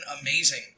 amazing